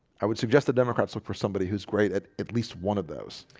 i would suggest the democrats look for somebody who's great at at least one of those